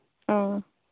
ꯑ